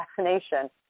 vaccination